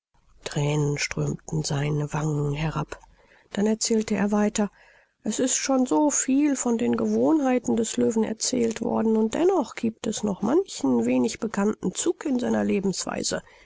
thränen strömten seinen wangen herab dann erzählte er weiter es ist schon so viel von den gewohnheiten des löwen erzählt worden und dennoch giebt es noch manchen wenig bekannten zug in seiner lebensweise